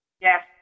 Yes